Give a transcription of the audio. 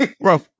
bro